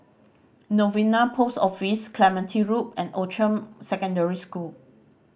Novena Post Office Clementi Loop and Outram Secondary School